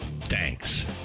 thanks